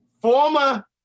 former